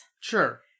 Sure